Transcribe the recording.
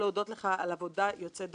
אני מקווה מאוד שהציבור